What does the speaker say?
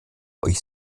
euch